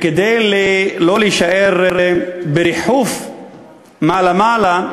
כדי לא להישאר בריחוף מעלה-מעלה,